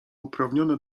uprawnione